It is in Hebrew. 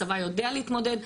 הצבא יודע להתמודד,